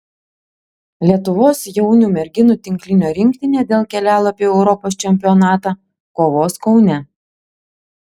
lietuvos jaunių merginų tinklinio rinktinė dėl kelialapio į europos čempionatą kovos kaune